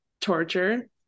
torture